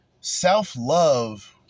Self-love